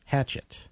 Hatchet